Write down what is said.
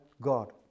God